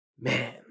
Man